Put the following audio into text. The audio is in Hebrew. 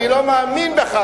אני לא מאמין בכלל,